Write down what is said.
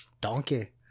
Donkey